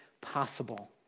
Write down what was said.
possible